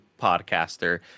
podcaster